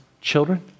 children